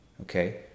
Okay